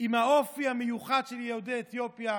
עם האופי המיוחד של יהודי אתיופיה,